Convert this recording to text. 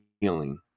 healing